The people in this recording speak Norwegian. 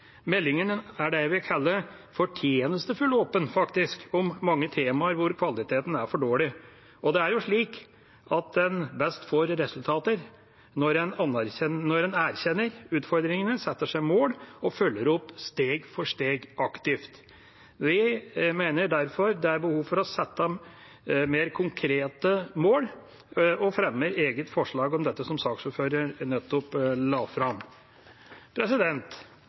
Meldingen er det jeg vil kalle fortjenstfull åpen, faktisk, om mange tema der kvaliteten er for dårlig, og det er jo slik at en best får resultater når en erkjenner utfordringene, setter seg mål og aktivt følger opp steg for steg. Vi mener derfor det er behov for å sette mer konkrete mål, og fremmer, sammen med SV og Senterpartiet, et eget forslag om dette, som saksordføreren nettopp la fram.